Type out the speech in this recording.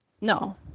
No